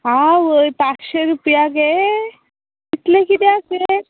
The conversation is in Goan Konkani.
आवय पाचशें रुपया गे इतले कित्याक गे